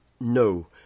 no